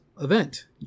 event